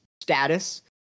status